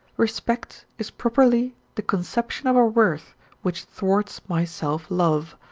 respect is properly the conception of a worth which thwarts my self-love.